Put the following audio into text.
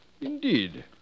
Indeed